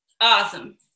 Awesome